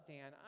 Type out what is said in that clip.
Dan